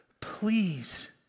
please